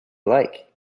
like